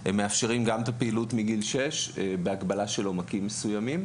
מאפשרים את הפעילות מגיל שש בהגבלה לעומקים מסוימים.